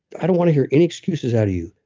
i don't want to hear any excuses out of you.